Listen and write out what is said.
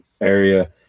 area